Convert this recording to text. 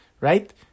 right